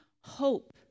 hope